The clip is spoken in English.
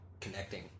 connecting